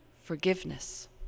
forgiveness